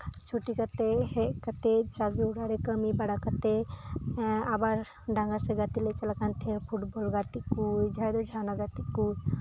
ᱪᱷᱩᱴᱤ ᱠᱟᱛᱮᱫ ᱦᱮᱡᱠᱟᱛᱮᱫ ᱡᱟᱜᱤ ᱚᱲᱟᱜ ᱨᱮ ᱠᱟᱹᱢᱤ ᱵᱟᱲᱟ ᱠᱟᱛᱮᱫ ᱟᱵᱟᱨ ᱰᱟᱸᱜᱟᱥᱮᱫ ᱜᱟᱛᱤᱜᱞᱮ ᱪᱟᱞᱟᱜ ᱠᱟᱱ ᱛᱟᱦᱮᱱᱟ ᱯᱷᱩᱴᱵᱚᱞ ᱜᱟᱛᱮᱜ ᱠᱚ ᱡᱟᱦᱟᱨᱮ ᱡᱟᱦᱟᱱᱟᱜ ᱜᱟᱛᱮᱜ ᱠᱚ